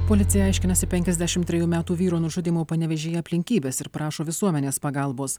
policija aiškinasi penkiasdešimt trejų metų vyro nužudymo panevėžyje aplinkybes ir prašo visuomenės pagalbos